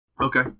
Okay